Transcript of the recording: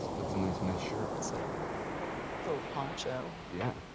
that's a nice mesh shirt. it's a little poncho. yeah,